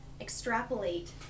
extrapolate